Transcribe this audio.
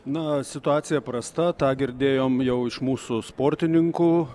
na situacija prasta tą girdėjom jau iš mūsų sportininkų